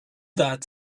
that